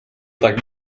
tak